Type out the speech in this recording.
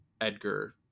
Edgar